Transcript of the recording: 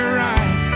right